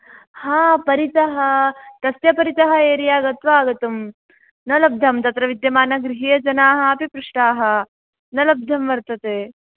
आम् परितः तस्य परितः एर्या गत्वा आगतम् न लब्धं तत्र विद्यमानगृहीयजनाः अपि पृष्टाः न लब्धं वर्तते